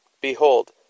Behold